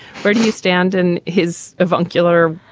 where do you stand? and his avuncular,